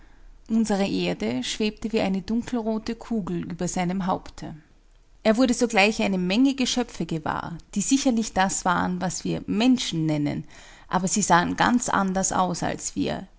unsere erde schwebte wie eine dunkelrote kugel über seinem haupte er wurde sogleich eine menge geschöpfe gewahr die sicherlich das waren was wir menschen nennen aber sie sahen ganz anders aus als wir